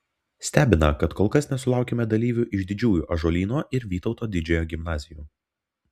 stebina kad kol kas nesulaukėme dalyvių iš didžiųjų ąžuolyno ir vytauto didžiojo gimnazijų